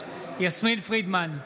יסמין פרידמן,